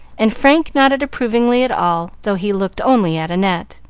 and frank nodded approvingly at all, though he looked only at annette.